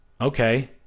Okay